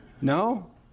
No